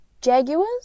Jaguars